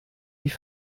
die